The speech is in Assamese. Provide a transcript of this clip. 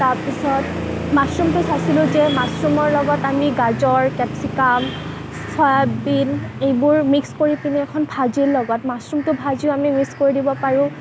তাৰপিছত মাচৰুমটো চাইছিলোঁ যে মাচৰুমৰ লগত আমি গাজৰ কেপ্চিকাম চয়াবিন এইবোৰ মিক্স কৰি পেনি এখন ভাজিৰ লগত মাচৰুমটো ভাজিও আমি মিক্স কৰি দিব পাৰোঁ